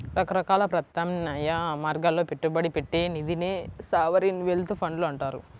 రకరకాల ప్రత్యామ్నాయ మార్గాల్లో పెట్టుబడి పెట్టే నిధినే సావరీన్ వెల్త్ ఫండ్లు అంటారు